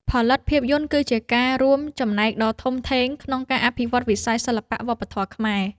ផលិតភាពយន្តគឺជាការរួមចំណែកដ៏ធំធេងក្នុងការអភិវឌ្ឍន៍វិស័យសិល្បៈវប្បធម៌ខ្មែរ។